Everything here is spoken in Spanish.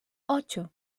ocho